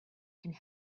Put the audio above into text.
and